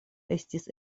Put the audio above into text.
estis